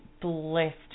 blessed